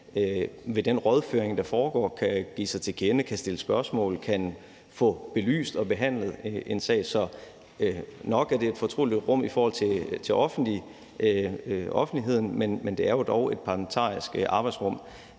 ved den rådføring, der foregår, give deres holdning til kende, stille spørgsmål og få belyst og behandlet en sag. Så nok er det et fortroligt rum i forhold til offentligheden, men det er jo dog et parlamentarisk arbejdsrum,